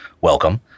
welcome